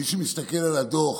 מי שמסתכל על הדוח